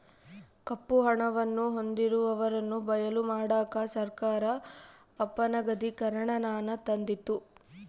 ಕಪ್ಪು ಹಣವನ್ನು ಹೊಂದಿರುವವರನ್ನು ಬಯಲು ಮಾಡಕ ಸರ್ಕಾರ ಅಪನಗದೀಕರಣನಾನ ತಂದಿತು